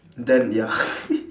then ya